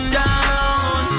down